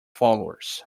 followers